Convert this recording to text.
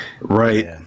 Right